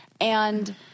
And-